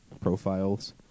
profiles